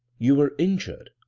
you were injured,